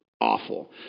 awful